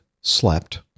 slept